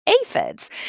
aphids